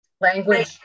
Language